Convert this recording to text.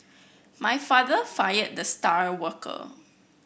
my father fired the star worker